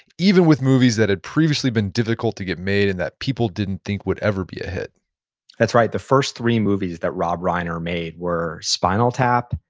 even with movies that had previously been difficult to get made and that people didn't think would ever be a hit that's right. the first three movies that rob reiner made were spinal tap,